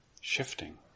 shifting